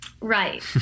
Right